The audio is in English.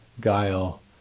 guile